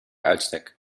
uitstek